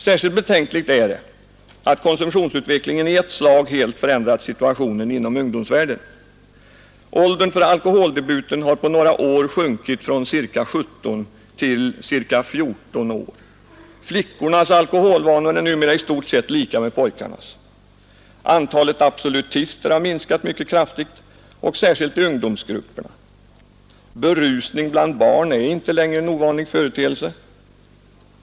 Särskilt betänkligt är det att konsumtionsutvecklingen i ett slag helt förändrat situationen inom ungdomsvärlden. Åldern för alkoholdebuten har på några år sjunkit från ca 17 till ca 14 år. Flickornas alkoholvanor är numera i stort sett lika med pojkarnas. Antalet absolutister har minskat mycket kraftigt, särskilt i ungdomsgrupperna. Berusning bland barn är inte längre en ovanlig företeelse.